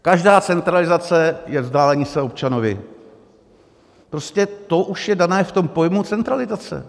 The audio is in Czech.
Každá centralizace je vzdálení se občanovi, prostě to už je dané v tom pojmu centralizace.